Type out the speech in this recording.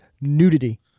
nudity